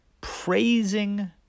praising